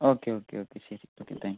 okay okay okay ശരി okay thank you